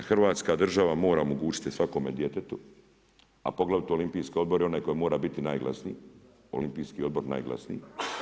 Hrvatska država mora omogućiti svakome djetetu, a poglavito Olimpijski odbor je onaj koji mora biti najglasniji, Olimpijski odbor najglasniji.